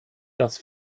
das